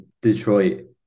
Detroit